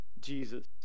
Jesus